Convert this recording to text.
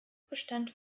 bestand